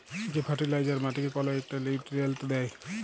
যে ফার্টিলাইজার মাটিকে কল ইকটা লিউট্রিয়েল্ট দ্যায়